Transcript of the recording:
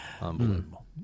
Unbelievable